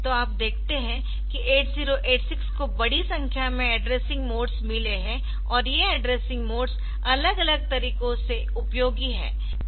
तो आप देखते है कि 8086 को बड़ी संख्या में एड्रेसिंग मोड्स मिले है और ये एड्रेसिंग मोड्स अलग अलग तरीकों से उपयोगी है